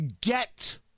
get